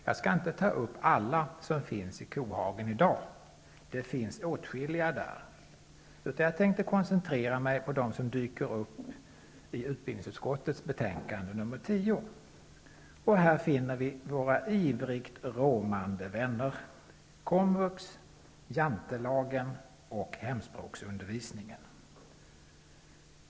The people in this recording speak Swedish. Jag skall inte ta upp alla som finns i kohagen i dag -- det finns åtskilliga där -- utan jag tänkte koncentrera mig på dem som dyker upp i utbildningsutskottets betänkande 10. Här finner vi våra ivrigt råmande vänner -- komvux, Jantelagen och hemspråksundervisningen.